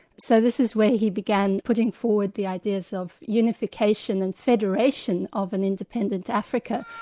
so this is where he began putting forward the ideas of unification and federation of an independent africa.